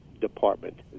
department